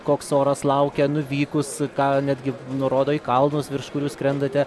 koks oras laukia nuvykus ką netgi nurodo į kalnus virš kurių skrendate